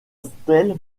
stèle